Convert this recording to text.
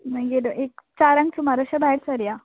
मागीर एक चारांक सुमार अशें भायर सरया